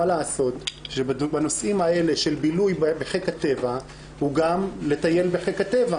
מה לעשות שבנושאים האלה של בילוי בחיק הטבע הוא גם לטייל בחיק הטבע,